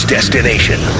Destination